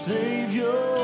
Savior